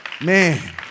Man